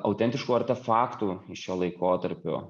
autentiškų artefaktų iš šio laikotarpio